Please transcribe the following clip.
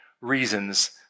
reasons